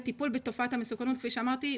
טיפול בתופעת המסוכנות כפי שאמרתי,